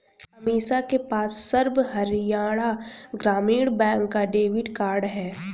अमीषा के पास सर्व हरियाणा ग्रामीण बैंक का डेबिट कार्ड है